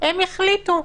הם החליטו.